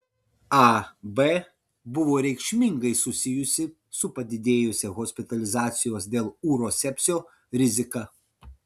ab buvo reikšmingai susijusi su padidėjusia hospitalizacijos dėl urosepsio rizika